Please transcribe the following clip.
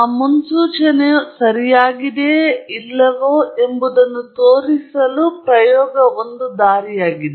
ಆ ಮುನ್ಸೂಚನೆಯು ಸರಿಯಾಗಿದೆಯೇ ಇಲ್ಲವೋ ಎಂಬುದನ್ನು ತೋರಿಸುವ ಪ್ರಯೋಗವಾಗಿದೆ